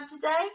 today